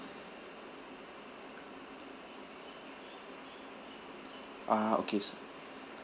ah okay s~